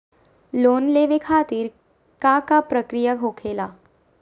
Loan लेवे खातिर का का प्रक्रिया होखेला?